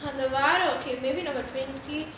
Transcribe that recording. அது வேற:athu vera okay maybe number twenty